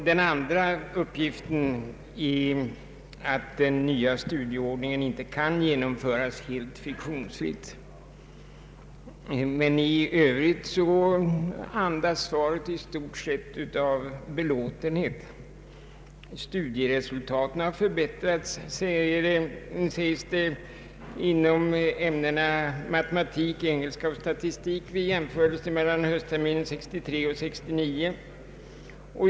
Den andra uppgiften är att den nya studieordningen inte kan genomföras helt friktionsfritt. I övrigt andas svaret i stort sett belåtenhet. Studieresultaten har förbättrats, sägs det, inom ämnena matematik, engelska och statistik vid en jämförel se mellan höstterminerna 1963 och 1969.